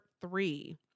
three